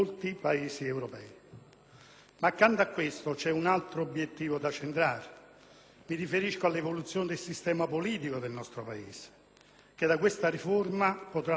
mi riferisco all'evoluzione del sistema politico del nostro Paese, che da questa riforma potrà trarre la spinta necessaria per strutturarsi e finalmente compiersi.